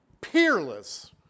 peerless